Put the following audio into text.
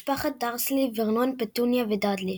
משפחת דרסלי ורנון, פטוניה ודאדלי.